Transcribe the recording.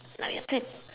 now your turn